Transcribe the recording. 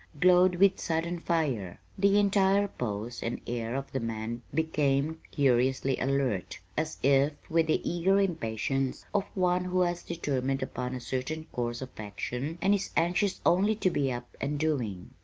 glowed with sudden fire. the entire pose and air of the man became curiously alert, as if with the eager impatience of one who has determined upon a certain course of action and is anxious only to be up and doing.